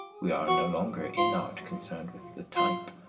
we are no longer in art concerned with the type.